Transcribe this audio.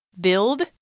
Build